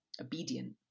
obedient